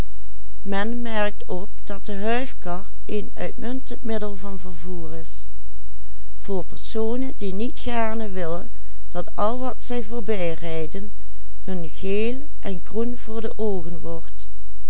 die niet gaarne willen dat al wat zij voorbijrijden hun geel en groen voor de oogen